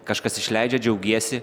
kažkas išleidžia džiaugiesi